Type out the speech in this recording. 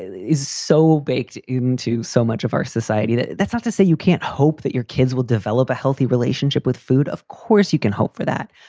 is so baked into so much of our society. that's not to say you can't hope that your kids will develop a healthy relationship with food. of course, you can hope for that.